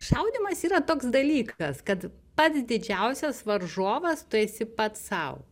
šaudymas yra toks dalykas kad pats didžiausias varžovas tu esi pats sau